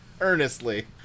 earnestly